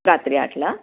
रात्री आठला